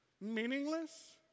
Meaningless